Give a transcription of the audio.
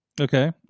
Okay